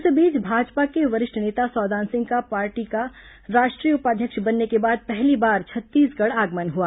इस बीच भाजपा के वरिष्ठ नेता सौदान सिंह का पार्टी का राष्ट्रीय उपाध्यक्ष बनने के बाद पहली बार छत्तीसगढ़ आगमन हुआ